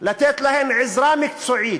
לתת להן עזרה מקצועית,